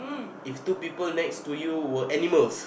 if two people next to you were animals